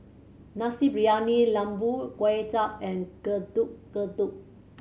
Nasi Briyani Lembu Kuay Chap and Getuk Getuk